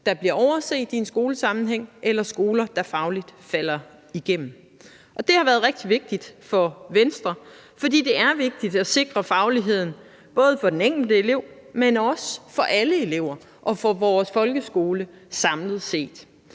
der bliver overset i en skolesammenhæng, eller skoler, der fagligt falder igennem. Det har været rigtig vigtigt for Venstre, for det er vigtigt at sikre fagligheden både for den enkelte elev, men også for alle elever og for vores folkeskole samlet set.